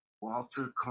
Walter